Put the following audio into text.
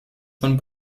von